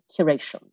curation